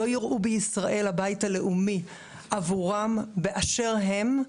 לא יראו בישראל כבית הלאומי עבורם באשר הם,